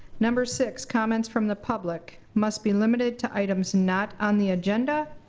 number six, comments from the public must be limited to items not on the agenda,